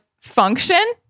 function